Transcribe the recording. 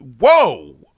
Whoa